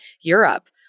Europe